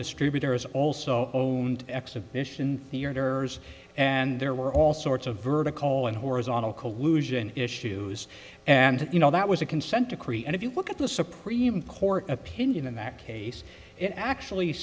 distributors also exhibition the year terrors and there were all sorts of vertical and horizontal collusion issues and you know that was a consent decree and if you look at the supreme court opinion in that case it actually